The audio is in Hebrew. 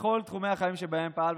בכל תחומי החיים שבהם פעל,